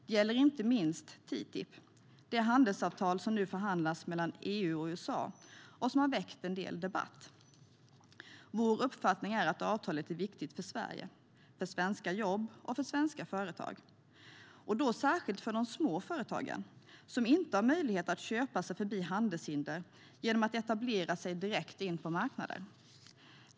Det gäller inte minst TTIP, det handelsavtal som nu förhandlas mellan EU och USA och som har väckt en del debatt. Vår uppfattning är att avtalet är viktigt för Sverige, för svenska jobb och för svenska företag, särskilt för de små företagen, som inte har möjlighet att köpa sig förbi handelshinder genom att etablera sig direkt på marknader.